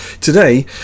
today